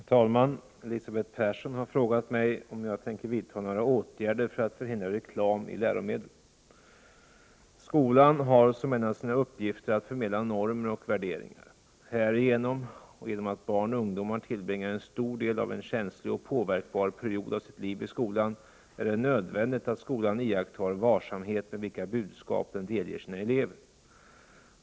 Herr talman! Elisabeth Persson har frågat mig om jag tänker vidta några åtgärder för att förhindra reklam i läromedel. Skolan har som en av sina uppgifter att förmedla normer och värderingar. Härigenom, och genom att barn och ungdomar tillbringar en stor del av en känslig och påverkbar period av sitt liv i skolan, är det nödvändigt att skolan iakttar varsamhet med vilka budskap den delger sina elever.